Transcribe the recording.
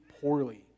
poorly